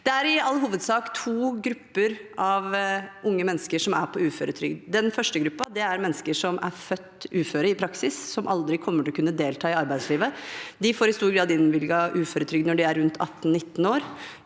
Det er i all hovedsak to grupper av unge mennesker som er på uføretrygd. Den første gruppen er mennesker som er født uføre, i praksis, og som aldri kommer til å kunne delta i arbeidslivet. De får i stor grad innvilget uføretrygd når de er rundt 18–19 år.